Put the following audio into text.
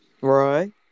Right